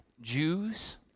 Jews